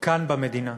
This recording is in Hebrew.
כאן במדינה.